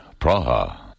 Praha